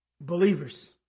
Believers